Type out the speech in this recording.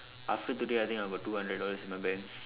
after today I think I got two hundred dollars in my bank